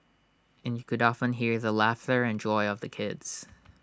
and you could often hear the laughter and joy of the kids